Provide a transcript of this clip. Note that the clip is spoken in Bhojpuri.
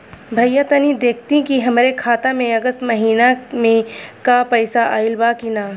भईया तनि देखती की हमरे खाता मे अगस्त महीना में क पैसा आईल बा की ना?